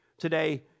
Today